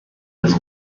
his